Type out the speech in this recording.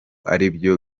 aribyo